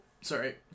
sorry